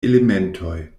elementoj